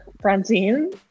Francine